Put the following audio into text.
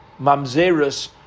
Mamzerus